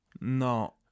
No